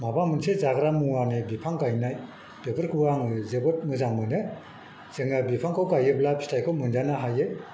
माबा मोनसे जाग्रा मुवानि बिफां गायनाय बेफोरखौ आङो जोबोद मोजां मोनो जोंहा बिफांखौ गायोब्ला फिथाइखौ मोनजानो हायो